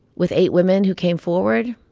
with eight women who came forward,